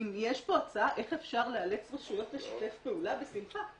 אם יש פה הצעה איך אפשר לאלץ רשויות לשתף פעולה בשמחה.